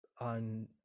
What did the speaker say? on